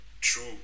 true